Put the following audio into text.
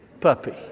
puppy